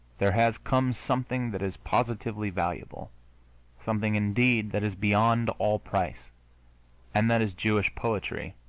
there has come something that is positively valuable something, indeed, that is beyond all price and that is jewish poetry.